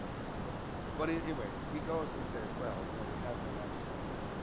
but anyway he goes and says, well, no we have her majesty here,